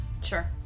Sure